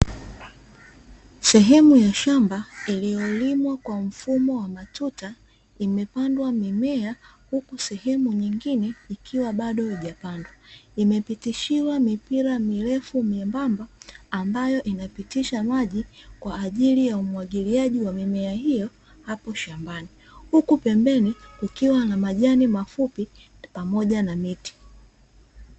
Sehemu ya shamba iliyolimwa kwa mfumo wa matuta imepandwa mimea huku sehemu nyingine ikiwa bado haijapandwa. Imepitishiwa mipira mirefu myembamba ambayo inapitisha maji kwa ajili ya umwagiliaji wa mimea hiyo hapo shambani. Huku pembeni kukiwa na majani mafupi pamoja na miti.